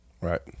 Right